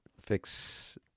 fix